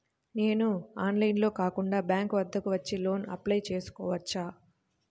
నేను ఆన్లైన్లో కాకుండా బ్యాంక్ వద్దకు వచ్చి లోన్ కు అప్లై చేసుకోవచ్చా?